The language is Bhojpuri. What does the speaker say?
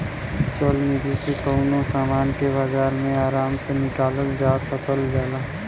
चल निधी से कउनो समान के बाजार मे आराम से निकालल जा सकल जाला